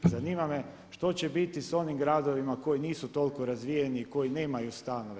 Zanima me što će biti s onim gradovima koji nisu toliko razvijeni i koji nemaju stanove?